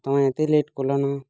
ତମେ ଏତେ late colon